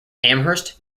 amherst